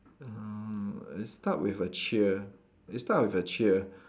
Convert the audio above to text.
mm it start with a cheer it start with a cheer